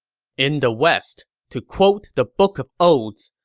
in the west. to quote the book of odes,